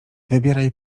wybieraj